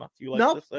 No